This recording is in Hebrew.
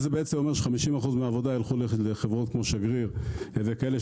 מה שאומר ש-50% מהעבודה ילכו לחברות כמו שגריר וכד'.